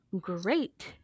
great